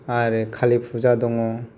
आरो कालि फुजा दङ